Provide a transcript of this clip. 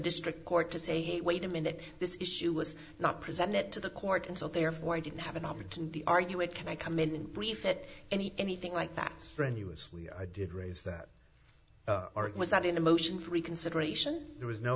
district court to say hey wait a minute this issue was not presented to the court and so therefore i didn't have an opportunity argue it can i come in and brief it and anything like that friendly was i did raise that was that in a motion for reconsideration there was no